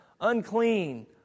unclean